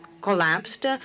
collapsed